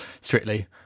Strictly